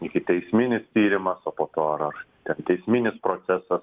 ikiteisminis tyrimas o po ar ar ten teisminis procesas